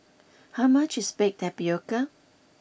how much is Baked Tapioca